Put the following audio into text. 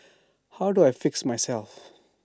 how do I fix myself